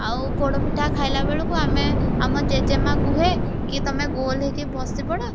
ଆଉ ପୋଡ଼ପିଠା ଖାଇଲାବେଳକୁ ଆମେ ଆମ ଜେଜେମାଆ କୁହେ କି ତମେ ଗୋଲ ହୋଇକି ବସି ପଡ଼